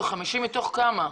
50 מתוך כמה?